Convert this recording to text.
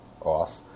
off